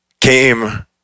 came